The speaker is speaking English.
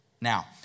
Now